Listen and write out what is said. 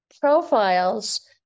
profiles